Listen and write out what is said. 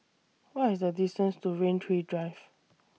What IS The distance to Rain Tree Drive